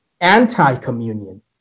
anti-communion